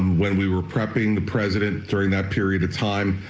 when we were prepping the president during that period of time,